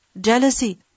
jealousy